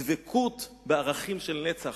דבקות בערכים של נצח.